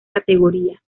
categoría